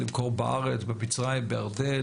למכור בארץ במצרים בירדן,